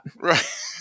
right